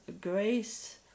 grace